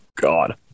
God